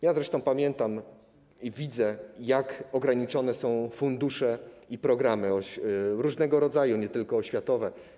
Ja zresztą pamiętam i widzę, jak ograniczane są fundusze i programy różnego rodzaju, nie tylko oświatowe.